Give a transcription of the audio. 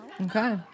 okay